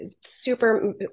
super